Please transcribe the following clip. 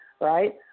right